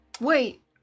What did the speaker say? wait